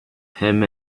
him